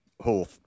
whole